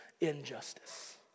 injustice